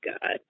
god